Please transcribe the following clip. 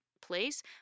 place